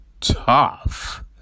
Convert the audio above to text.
tough